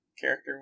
character